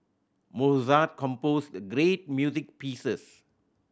Mozart composed great music pieces